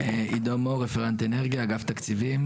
עידו מור, רפרנט אנרגיה, אגף תקציבים.